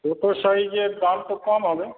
ছোট সাইজের দাম তো কম হবে